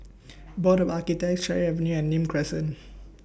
Board of Architects Cherry Avenue and Nim Crescent